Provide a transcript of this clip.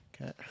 Okay